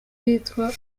yitwa